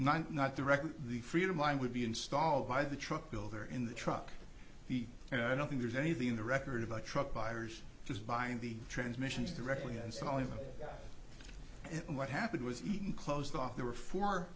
nine not directly the freedom i would be installed by the truck builder in the truck he and i don't think there's anything in the record of the truck buyers just buying the transmissions directly and selling it and what happened was even closed off there were four